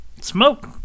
smoke